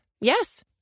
Yes